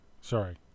Sorry